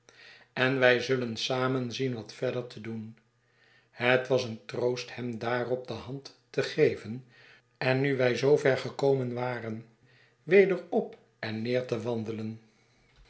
en wij zullen samen zien wat verder te doen het was een troost hem daarop de hand te geven en nu wij zoo ver gekomen waren weder op en neer te wandelen